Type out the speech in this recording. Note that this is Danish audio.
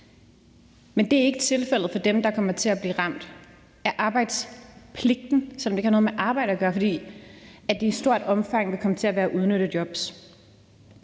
Men det er ikke tilfældet for dem, der kommer til at blive ramt af arbejdspligten, som jo ikke har noget med arbejde at gøre, fordi det i stort omfang vil være komme til at være udnyttejobs.